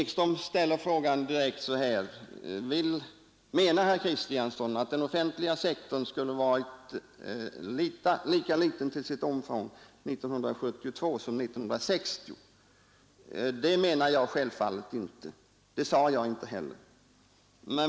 Herr Ekström frågade: Menade herr Kristiansson att den offentliga sektorn skulle ha varit lika liten till sitt omfång 1972 som den var 1960? Det menar jag självfallet inte, och det sade jag inte heller.